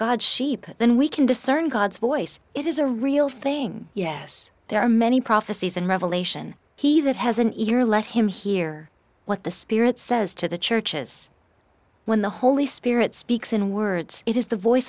god's sheep then we can discern god's voice it is a real thing yes there are many prophecies in revelation he that has an ear let him hear what the spirit says to the churches when the holy spirit speaks in words it is the voice